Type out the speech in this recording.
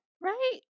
Right